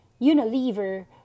unilever